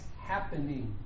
happening